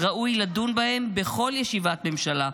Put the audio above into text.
ראוי לדון בהם בכל ישיבת ממשלה,